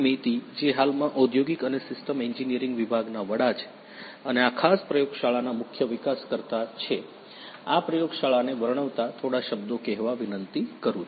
મૈતી જે હાલમાં ઔદ્યોગિક અને સિસ્ટમસ એન્જિનિયરિંગ વિભાગના વડા છે અને આ ખાસ પ્રયોગશાળાના મુખ્ય વિકાસકર્તા ને આ પ્રયોગશાળાને વર્ણવતા થોડા શબ્દો કહેવા વિનંતી કરું છું